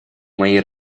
мои